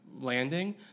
Landing